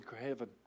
heaven